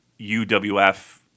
UWF